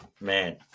man